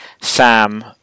Sam